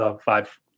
five